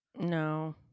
no